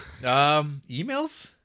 Emails